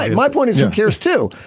and my point is who cares to.